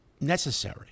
necessary